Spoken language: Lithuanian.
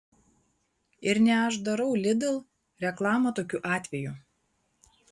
ir ne aš darau lidl reklamą tokiu atveju